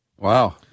Wow